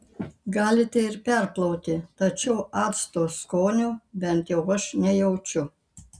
galite ir perplauti tačiau acto skonio bent jau aš nejaučiu